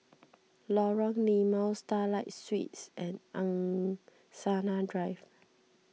Lorong Limau Starlight Suites and Angsana Drive